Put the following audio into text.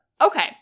Okay